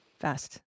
fast